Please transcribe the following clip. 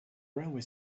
railway